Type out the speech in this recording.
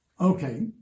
Okay